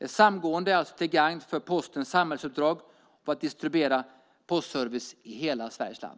Ett samgående är alltså till gagn för Postens samhällsuppdrag att distribuera postservice i hela Sveriges land.